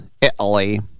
italy